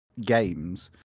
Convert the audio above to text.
games